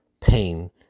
pain